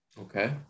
Okay